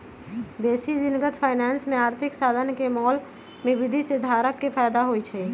बेशी दिनगत फाइनेंस में आर्थिक साधन के मोल में वृद्धि से धारक के फयदा होइ छइ